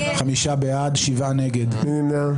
מי נמנע?